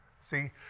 see